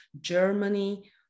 Germany